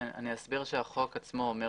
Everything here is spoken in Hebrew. אני אסביר שהחוק עצמו אומר